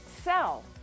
sell